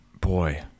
Boy